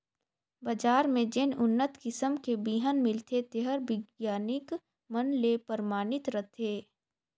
बजार में जेन उन्नत किसम के बिहन मिलथे तेहर बिग्यानिक मन ले परमानित रथे